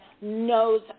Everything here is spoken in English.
knows